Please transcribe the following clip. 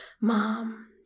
mom